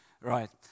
right